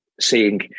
seeing